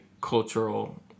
cultural